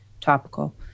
topical